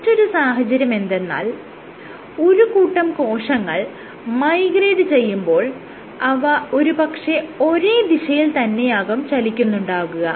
മറ്റൊരു സാഹചര്യമെന്തെന്നാൽ ഒരു കൂട്ടം കോശങ്ങൾ മൈഗ്രേറ്റ് ചെയ്യുമ്പോൾ അവ ഒരു പക്ഷെ ഒരേ ദിശയിൽ തന്നെയാകും ചലിക്കുന്നുണ്ടാവുക